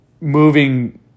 moving